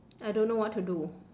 I don't know what to do